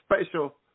special